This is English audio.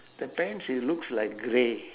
the pants it looks like grey